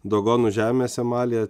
dogonų žemėse malyje